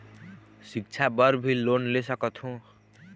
सिक्छा बर भी लोन ले सकथों?